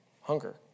hunger